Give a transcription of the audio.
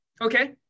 Okay